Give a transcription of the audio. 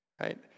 right